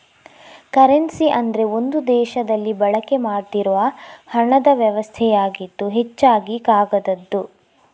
currency ಅಂದ್ರೆ ಒಂದು ದೇಶದಲ್ಲಿ ಬಳಕೆ ಮಾಡ್ತಿರುವ ಹಣದ ವ್ಯವಸ್ಥೆಯಾಗಿದ್ದು ಹೆಚ್ಚಾಗಿ ಕಾಗದದ್ದು